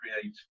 create